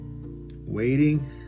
Waiting